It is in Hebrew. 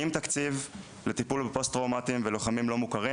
עם תקציב לטיפול בפוסט-טראומטים ולוחמים לא מוכרים.